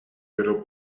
però